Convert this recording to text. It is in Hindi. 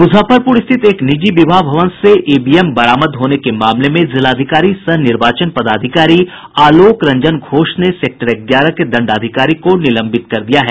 मुजफ्फरपुर स्थित एक निजी विवाह भवन से ईवीएम बरामद होने के मामले में जिलाधिकारी सह निर्वाचन पदाधिकारी आलोक रंजन घोष ने सेक्टर ग्यारह के दंडाधिकारी को निलंबित कर दिया है